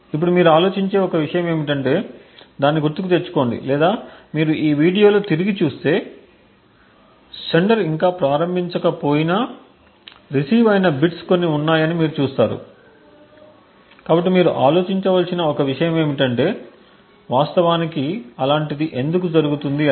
ఇప్పుడు మీరు ఆలోచించే ఒక విషయం ఏమిటంటే దాన్ని గుర్తుకు తెచ్చుకోండి లేదా మీరు ఈ వీడియోలో తిరిగి చూస్తే సెండర్ఇంకా ప్రారంభించకపోయినా రిసీవ్అయిన బిట్స్ కొన్ని ఉన్నాయని మీరు చూస్తారు కాబట్టి మీరు ఆలోచించవలసిన ఒక విషయం ఏమిటంటే వాస్తవానికి అలాంటిది ఎందుకు జరిగింది అని